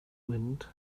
wind